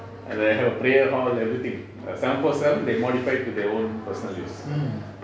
and they have a prayer hall everything seven four seven they modified to their own personal use